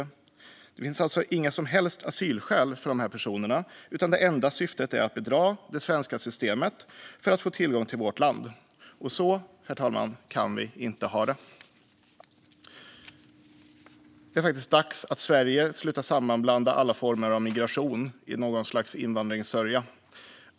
De här personerna har alltså inga som helst asylskäl, utan det enda syftet är att bedra det svenska systemet för att få tillgång till vårt land. Så kan vi inte ha det, herr talman. Det är dags att Sverige slutar sammanblanda alla former av migration i något slags invandringssörja.